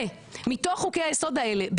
ומתוך חוקי היסוד האלה,